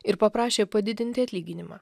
ir paprašė padidinti atlyginimą